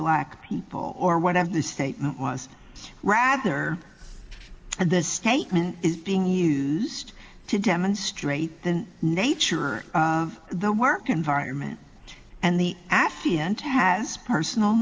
black people or whatever the statement was rather and the statement is being used to demonstrate then nature of the work environment and the affiant has personal